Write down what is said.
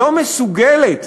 לא מסוגלת